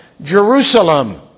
Jerusalem